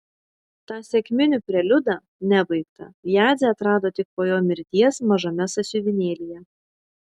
tą sekminių preliudą nebaigtą jadzė atrado tik po jo mirties mažame sąsiuvinėlyje